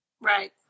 Right